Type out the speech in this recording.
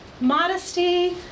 modesty